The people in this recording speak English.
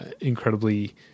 incredibly